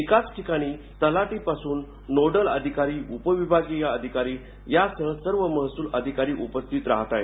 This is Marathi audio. एकाच ठिकाणी तलाठी पासून नोडल अधिकारी उपविभागीय अधिकारी यासह सर्व महसूल अधिकारी उपस्थित राहणार आहेत